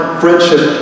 friendship